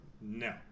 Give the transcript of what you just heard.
no